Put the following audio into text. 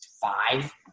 five